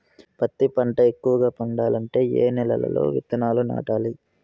పత్తి పంట ఎక్కువగా పండాలంటే ఏ నెల లో విత్తనాలు నాటాలి?